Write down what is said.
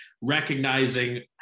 recognizing